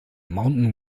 mountain